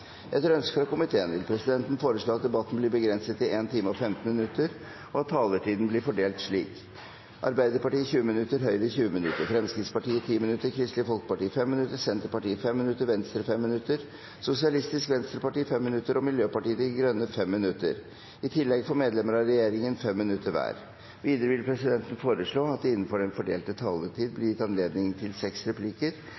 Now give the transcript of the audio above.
Etter ønske fra justiskomiteen vil presidenten foreslå at debatten blir begrenset til 1 time og 15 minutter, og at taletiden blir fordelt slik: Arbeiderpartiet 20 minutter, Høyre 20 minutter, Fremskrittspartiet 10 minutter, Kristelig Folkeparti 5 minutter, Senterpartiet 5 minutter, Venstre 5 minutter, Sosialistisk Venstreparti 5 minutter og Miljøpartiet De Grønne 5 minutter. I tillegg får medlemmer av regjeringen 5 minutter hver. Videre vil presidenten foreslå at det – innenfor den fordelte taletid